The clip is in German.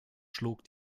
schlug